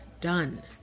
done